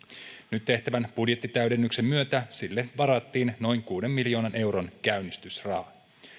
nyt tehtävän budjettitäydennyksen myötä sille varattiin noin kuuden miljoonan euron käynnistysraha